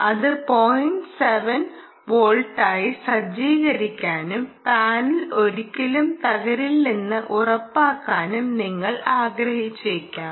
7 വോൾട്ടായി സജ്ജീകരിക്കാനും പാനൽ ഒരിക്കലും തകരില്ലെന്ന് ഉറപ്പാക്കാനും നിങ്ങൾ ആഗ്രഹിച്ചേക്കാം